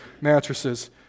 mattresses